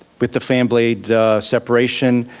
with the fan blade separation,